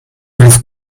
please